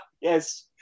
Yes